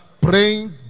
praying